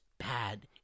Bad